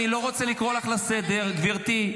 פרסום --- אני לא רוצה לקרוא אותך לסדר, גברתי.